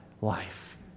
life